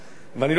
ואני לא קיצוני,